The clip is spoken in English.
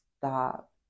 stop